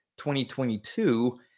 2022